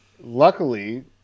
luckily